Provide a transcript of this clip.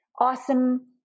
awesome